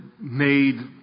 made